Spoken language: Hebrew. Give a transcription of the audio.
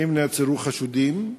2. האם נעצרו חשודים?